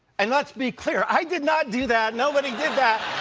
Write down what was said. and let's be clear, i did not do that. nobody did that.